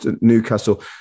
Newcastle